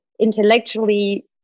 intellectually